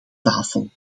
tafel